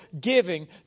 giving